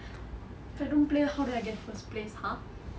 if I don't play how did I get first place !huh!